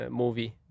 movie